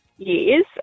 years